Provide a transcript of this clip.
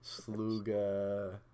Sluga